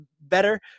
better